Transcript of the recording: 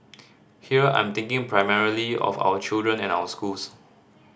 here I'm thinking primarily of our children and our schools